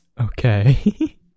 okay